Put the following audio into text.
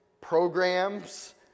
programs